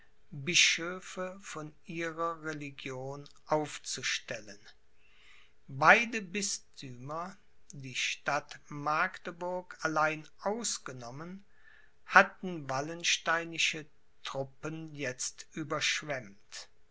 bischöfe von ihrer religion aufzustellen beide bisthümer die stadt magdeburg allein ausgenommen hatten wallensteinische treppen jetzt überschwemmt